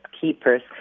keepers